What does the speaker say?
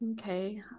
okay